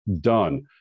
done